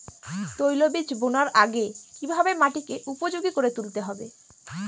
তৈলবীজ বোনার আগে কিভাবে মাটিকে উপযোগী করে তুলতে হবে?